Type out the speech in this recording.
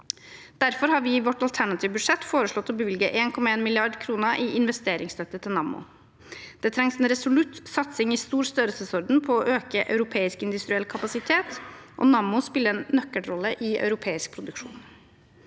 Derfor har vi i vårt alternative budsjett foreslått å bevilge 1,1 mrd. kr i investeringsstøtte til Nammo. Det trengs en resolutt satsing i stor størrelsesorden på å øke europeisk industriell kapasitet, og Nammo spiller en nøkkelrolle i europeisk produksjon.